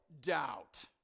doubt